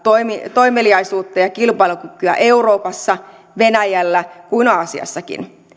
toimeliaisuutta ja kilpailukykyä niin euroopassa venäjällä kuin aasiassakin